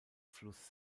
fluss